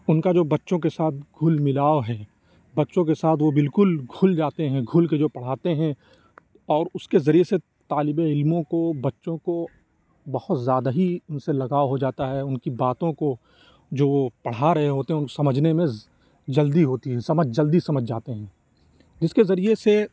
اُن کا جو بچوں کے ساتھ گُل ملاؤ ہے بچوں کے ساتھ وہ بالکل کھل جاتے ہیں گُل کے جو پڑھاتے ہیں اور اُس کے ذریعے سے طالبِ علموں کو بچوں کو بہت زیادہ ہی اُن سے لگاؤ ہو جاتا ہے اُن کی باتوں کو جو وہ پڑھا رہے ہوتے ہیں اُن کو سمجھنے میں جلدی ہوتی ہے سمجھ جلدی سمجھ جاتے ہیں جس کے ذریعے سے